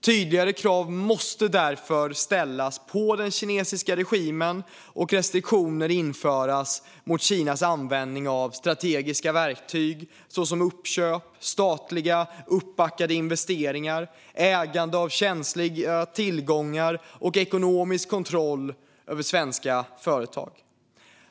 Tydligare krav måste därför ställas på den kinesiska regimen och restriktioner införas mot Kinas användning av strategiska verktyg, såsom uppköp, statligt uppbackade investeringar, ägande av känsliga tillgångar och ekonomisk kontroll över svenska företag.